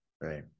right